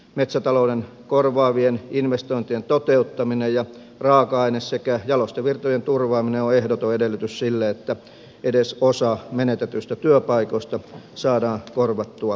metsätalouden korvaavien investointien toteuttaminen ja raaka aine sekä jalostevirtojen turvaaminen on ehdoton edellytys sille että edes osa menetetyistä työpaikoista saadaan korvattua lähivuosien aikana